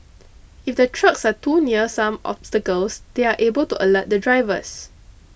if the trucks are too near some obstacles they are able to alert the drivers